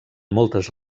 moltes